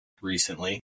recently